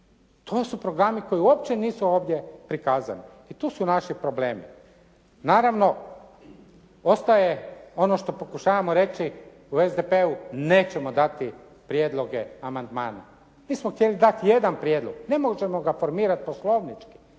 To su programi koji nisu uopće prikazani i to su naši problemi. Naravno ostaje ono što pokušavamo reći u SDP-u nećemo dati prijedloge amandmana. Mi smo htjeli dati jedan prijedlog, nemoguće ga je formirati poslovnički,